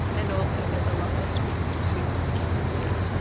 and also there's a lot less risk to the community.